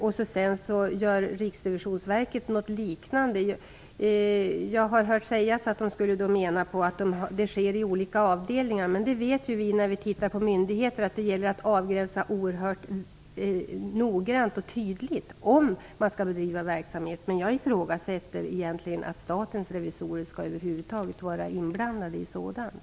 Sedan gör Riksrevisionsverket något liknande. Jag har hört att man menar att detta sker i olika avdelningar. Men när det handlar om myndigheter vet vi ju att det gäller att avgränsa oerhört noggrant och tydligt, om man skall bedriva en verksamhet. Jag ifrågasätter egentligen att statens revisorer över huvud taget skall vara inblandade i sådant.